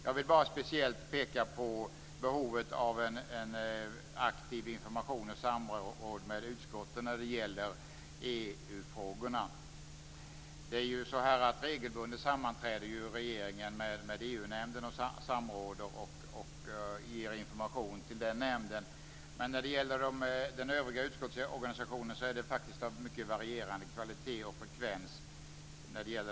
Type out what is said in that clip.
Jag vill bara speciellt peka på behovet av en aktiv information och ett samråd med utskotten i EU-frågorna. Regeringen sammanträder ju regelbundet med EU nämnden. Man samråder och ger information till nämnden. Men när det gäller den övriga utskottsorganisationen är samrådet av mycket varierande kvalitet och frekvens.